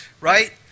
right